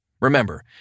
Remember